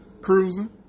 cruising